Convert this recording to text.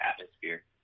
atmosphere